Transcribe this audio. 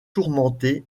tourmenté